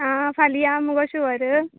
आं फाल्यां या मगो शुअर